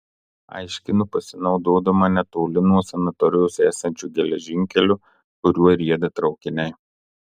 aiškinu pasinaudodama netoli nuo sanatorijos esančiu geležinkeliu kuriuo rieda traukiniai